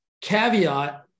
Caveat